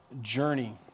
journey